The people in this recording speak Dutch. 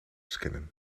scannen